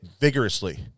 vigorously